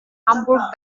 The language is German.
hamburg